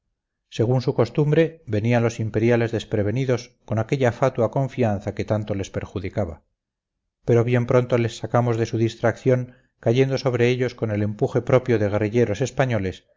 según su costumbre venían los imperiales desprevenidos con aquella fatua confianza que tanto les perjudicaba pero bien pronto les sacamos de su distracción cayendo sobre ellos con el empuje propio de guerrilleros españoles